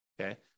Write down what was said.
Okay